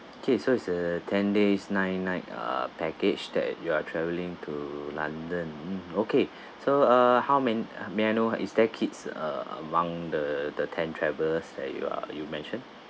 okay so is a ten days nine night uh package that you are travelling to london okay so uh how man~ may I know is there kids uh among the the ten travelers that you are you mentioned